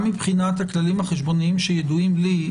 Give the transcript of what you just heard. גם מבחינת הכללים החשבונאים שידועים לי,